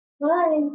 Bye